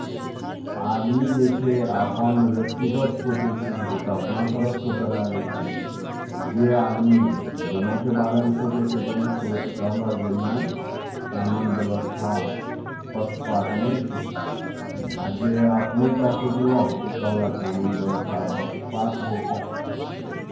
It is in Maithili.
आदमी जे छै अपन व्यक्तिगत सोचै छै ओ तऽ अपना तरफ सोचय लागै छै जे आदमी दुनूके बारेमे सोचै छै तऽ ओ सो कहलक जे नहि कानून व्यवस्था पक्षपात नहि छै आ जे अपने टा सोचलक ओ कहलक कानून व्यवस्था पक्षपात होइ छै